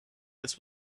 this